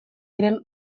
diren